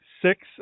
Six